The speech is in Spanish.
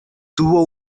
tuvo